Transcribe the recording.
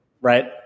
Right